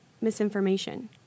misinformation